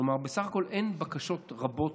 כלומר בסך הכול אין בקשות רבות.